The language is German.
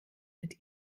mit